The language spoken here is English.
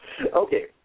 Okay